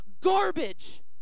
garbage